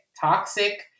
Toxic